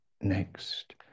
Next